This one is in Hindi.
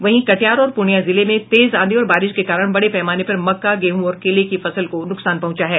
वहीं कटिहार और पूर्णियां जिले में तेज आंधी और बारिश के कारण बड़े पैमाने पर मक्का गेहूं और केले की फसल को नुकसान पहुंचा है